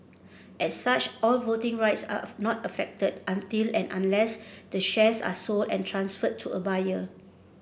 as such all voting rights are not affected until and unless the shares are sold and transferred to a buyer